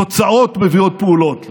תוצאות מביאות פעולות,